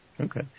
Okay